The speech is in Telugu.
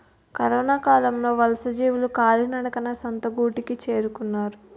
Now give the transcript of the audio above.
కరొనకాలంలో వలసజీవులు కాలినడకన సొంత గూటికి చేరుకున్నారు